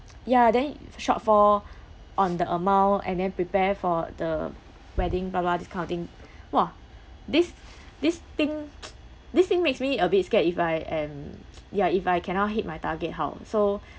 ya then shortfall on the amount and then prepare for the wedding blah blah this kind of thing !wah! this this thing this thing makes me a bit scared if I am ya if I cannot hit my target how so